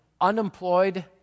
unemployed